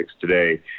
today